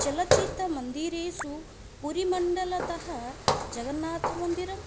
चलचित्रमन्दिरेषु पुरिमण्डलतः जगन्नाथमन्दिरम्